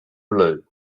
blue